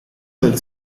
del